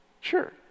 Sure